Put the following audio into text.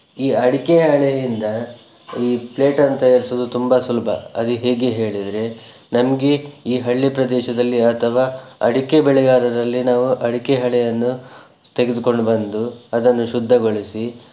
ಈ ಅಡಿಕೆ ಹಾಳೆಯಿಂದ ಈ ಪ್ಲೇಟನ್ನು ತಯಾರಿಸುವುದು ತುಂಬ ಸುಲಭ ಅದು ಹೇಗೆ ಹೇಳಿದರೆ ನಮಗೆ ಈ ಹಳ್ಳಿ ಪ್ರದೇಶದಲ್ಲಿ ಅಥವಾ ಅಡಿಕೆ ಬೆಳೆಗಾರರಲ್ಲಿ ನಾವು ಅಡಿಕೆ ಹಾಳೆಯನ್ನು ತೆಗೆದುಕೊಂಡು ಬಂದು ಅದನ್ನು ಶುದ್ಧಗೊಳಿಸಿ